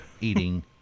eating